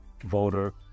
voter